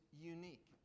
unique